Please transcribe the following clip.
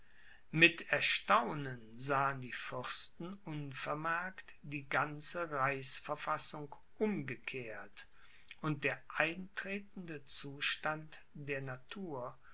mit erstaunen sahen die fürsten unvermerkt die ganze reichsverfassung umgekehrt und der eintretende zustand der natur